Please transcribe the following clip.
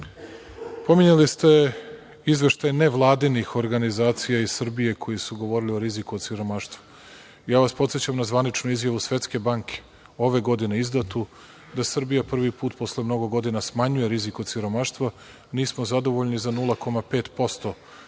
obavimo. Pominjali ste izveštaj nevladinih organizacija iz Srbije koji su govorili o riziku od siromaštva. Podsećam vas na zvaničnu izjavu Svetske banke, ove godine, izdatu da Srbija prvi put posle mnogo godina smanjuje rizik od siromaštva. Nismo zadovoljni, za 0,5%